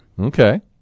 Okay